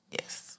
Yes